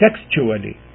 textually